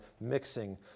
mixing